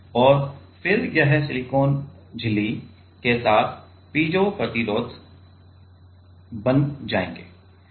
और फिर यह सिलिकॉन झिल्ली के स्थान पीजो प्रतिरोधक बन जाएंगे